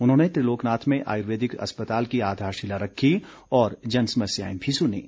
उन्होंने त्रिलोकनाथ में आयुर्वेदिक अस्पताल की आधारशिला रखी और जनसमस्याएं भी सुनीं